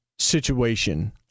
Situation